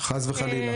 חס וחלילה.